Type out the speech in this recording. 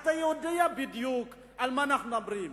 אתה יודע בדיוק על מה אנחנו מדברים.